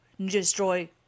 destroy